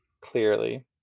clearly